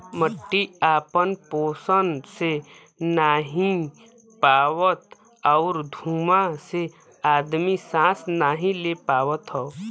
मट्टी आपन पोसन ले नाहीं पावत आउर धुँआ से आदमी सांस नाही ले पावत हौ